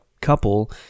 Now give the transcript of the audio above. Couple